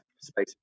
space